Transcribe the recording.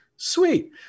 Sweet